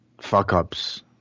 fuck-ups